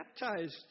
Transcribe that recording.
baptized